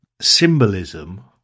symbolism